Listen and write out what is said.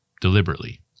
deliberately